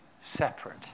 separate